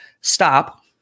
stop